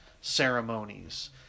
ceremonies